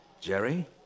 Jerry